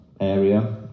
area